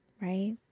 right